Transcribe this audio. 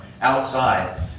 outside